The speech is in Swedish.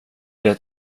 det